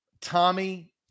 tommy